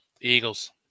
Eagles